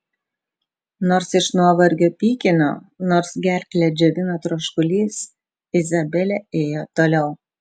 nors iš nuovargio pykino nors gerklę džiovino troškulys izabelė ėjo toliau